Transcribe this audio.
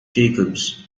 jacobs